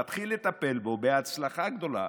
מתחיל לטפל בו בהצלחה גדולה,